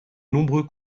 nombreux